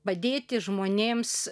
padėti žmonėms